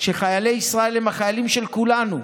שחיילי ישראל הם החיילים של כולנו,